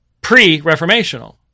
pre-reformational